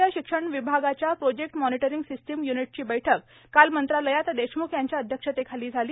वैद्यकीय शिक्षण विभागाच्या प्रोजेक्ट मॉनिटरींग सिस्टीम य्निटची बैठक काल मंत्रालयात देशम्ख यांच्या अध्यक्षतेखाली झाली